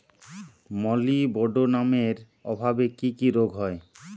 মলিবডোনামের অভাবে কি কি রোগ হয়?